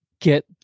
get